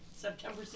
September